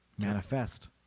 Manifest